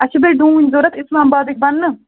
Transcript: اَسہِ چھِ بیٚیہِ ڈوٗنۍ ضروٗرت اَسلام بادٕکۍ بننہٕ